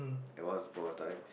and Once Upon a Time